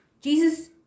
Jesus